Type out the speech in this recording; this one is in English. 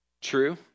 True